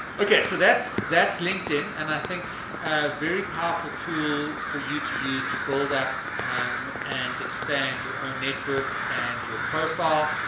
okay so that's that's that's linkedin and i think a very powerful tool for you to use to build up um and expand your own network and your profile